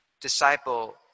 disciple